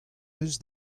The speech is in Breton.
eus